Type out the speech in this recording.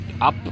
up